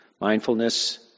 Mindfulness